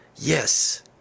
yes